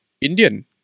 Indian